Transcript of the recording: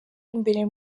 imbere